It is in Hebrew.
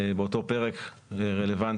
באותו פרק רלוונטי